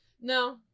No